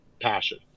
passion